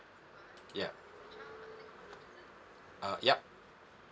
yup uh yup